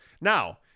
Now